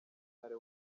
ntare